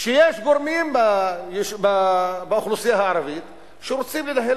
שיש גורמים באוכלוסייה הערבית שרוצים לנהל